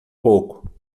pouco